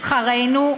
משכרנו.